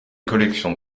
collections